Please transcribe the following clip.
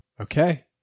okay